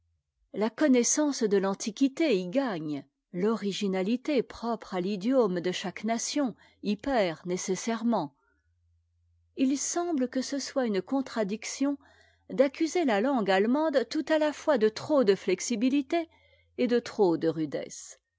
la connaissance de l'antiquité y gagne l'originalité propre à l'idiome de chaque nation y perd nécessairement il semble que ce soit une contradiction d'accuser la langue allemande tout à la fois de trop de flexibilité et de trop de rudesse